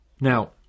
Now